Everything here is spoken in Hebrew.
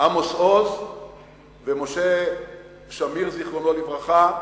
עמוס עוז ומשה שמיר, זיכרונו לברכה,